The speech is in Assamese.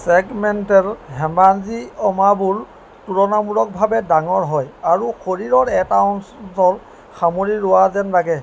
ছেগমেণ্টেল হেমাঞ্জিঅ'মাবোৰ তুলনামূলকভাৱে ডাঙৰ হয় আৰু শৰীৰৰ এটা অঞ্চল সামৰি লোৱা যেন লাগে